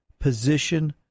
position